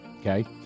Okay